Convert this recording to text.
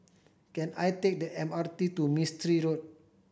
can I take the M R T to Mistri Road